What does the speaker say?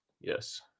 Yes